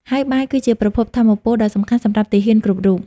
ហើយបាយគឺជាប្រភពថាមពលដ៏សំខាន់សម្រាប់ទាហានគ្រប់រូប។